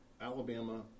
Alabama